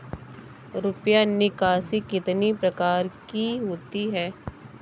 रुपया निकासी कितनी प्रकार की होती है?